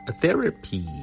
therapy